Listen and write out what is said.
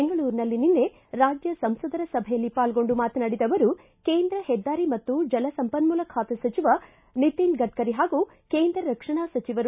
ಬೆಂಗಳೂರಿನಲ್ಲಿ ನಿನ್ನೆ ರಾಜ್ಯ ಸಂಸದರ ಸಭೆಯಲ್ಲಿ ಪಾಲ್ಗೊಂಡು ಮಾತನಾಡಿದ ಅವರು ಕೇಂದ್ರ ಹೆದ್ದಾರಿ ಮತ್ತು ಜಲಸಂಪನ್ನೂಲ ಖಾತೆ ಸಚಿವ ನಿತಿನ್ ಗಡ್ಡರಿ ಹಾಗೂ ಕೇಂದ್ರ ರಕ್ಷಣಾ ಸಚಿವರು